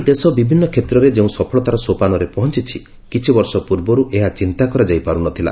ଆଜି ଦେଶ ବିଭିନ୍ନ କ୍ଷେତ୍ରରେ ଯେଉଁ ସଫଳତାର ସୋପାନରେ ପହଞ୍ଚିଛି କିଛିବର୍ଷ ପୂର୍ବରୁ ଏହା ଚିନ୍ତା କରାଯାଇ ପାରୁନଥିଲା